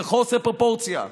בחוסר פרופורציה,